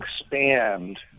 expand